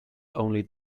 only